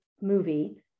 movie